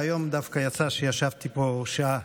והיום דווקא יצא שישבתי פה שעה.